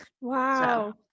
Wow